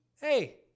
Hey